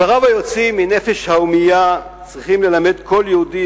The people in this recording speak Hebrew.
דבריו היוצאים מנפש הומייה צריכים ללמד כל יהודי